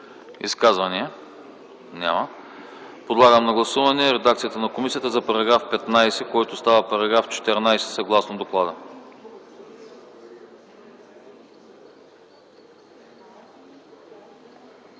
Изказвания? Няма. Подлагам на гласуване редакцията на комисията за § 15, който става § 14, съгласно доклада.